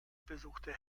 besuchte